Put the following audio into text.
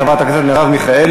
חברת הכנסת מרב מיכאלי,